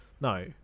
no